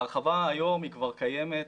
ההרחבה היום כבר קיימת,